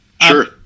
Sure